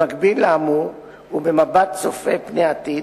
במקביל לאמור, ובמבט צופה פני עתיד,